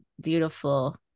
beautiful